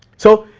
so,